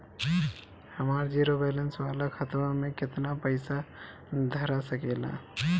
हमार zero balance वाला खतवा म केतना पईसा धरा सकेला?